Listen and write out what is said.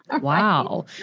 wow